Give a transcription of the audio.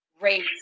race